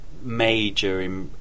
major